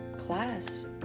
class